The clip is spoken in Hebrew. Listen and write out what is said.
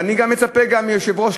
ואני מצפה גם מהיושב-ראש,